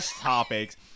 topics